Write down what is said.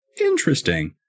interesting